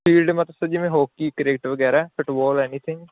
field ਮਤਲਬ ਜਿਵੇਂ hockey cricket ਵਗੈਰਾ ਫੁੱਟਬਾਲ ਐਨੀਥਿੰਗ